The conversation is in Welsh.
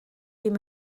ddim